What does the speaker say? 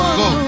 go